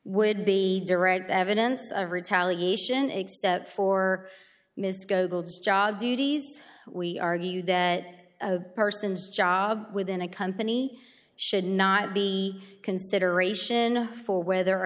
would be direct evidence of retaliation except for ms gogol's job duties we argue that a person's job within a company should not be consideration for whether or